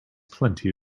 plenty